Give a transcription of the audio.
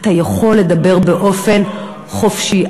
אתה יכול לדבר באופן חופשי.